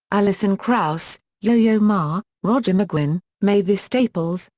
alison krauss, yo yo ma, roger mcguinn, mavis staples,